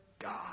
God